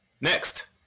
Next